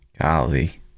golly